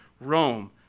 Rome